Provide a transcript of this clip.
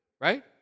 Right